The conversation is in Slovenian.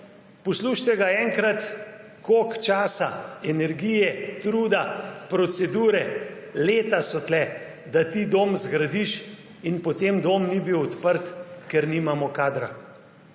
poslušajte ga enkrat, koliko časa, energije, truda, procedure, leta so tu, da ti dom zgradiš in potem dom ni bil odprt, ker nimamo kadra.